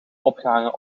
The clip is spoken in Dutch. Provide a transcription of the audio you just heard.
opgehangen